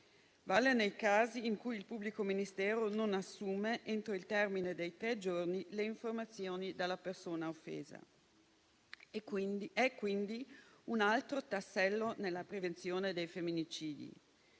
generale nei casi in cui il pubblico ministero non assume, entro il termine di tre giorni, le informazioni dalla persona offesa. Si tratta quindi di un altro tassello nella prevenzione dei femminicidi.